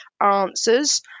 answers